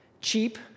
cheap